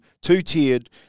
two-tiered